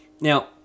Now